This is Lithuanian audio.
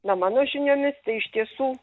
na mano žiniomis tai iš tiesų